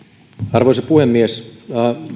arvoisa puhemies